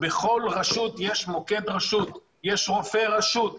בכל רשות יש מוקד רשות, יש רופא רשות.